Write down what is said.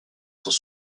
sont